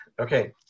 Okay